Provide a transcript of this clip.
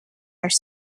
are